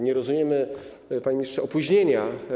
Nie rozumiemy, panie ministrze, opóźnienia.